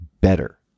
better